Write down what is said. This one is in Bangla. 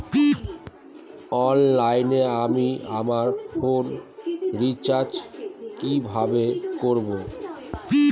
অনলাইনে আমি আমার ফোনে রিচার্জ কিভাবে করব?